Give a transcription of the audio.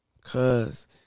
Cause